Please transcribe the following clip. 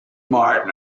martin